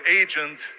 agent